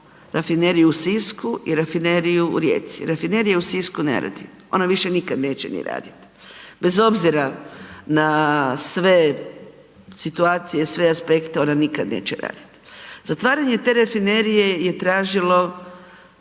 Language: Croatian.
rafineriju u Sisku i rafineriju u Rijeci. Rafinerija u Sisku ne radi, ona više nikad neće ni radit bez obzira na sve situacije, sve aspekte, ona nikad neće radit. Zatvaranje te rafinerije je tražilo